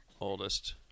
oldest